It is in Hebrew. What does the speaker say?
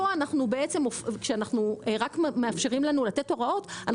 כשרק מאפשרים לנו לתת הוראות,